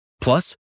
Plus